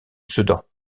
sedan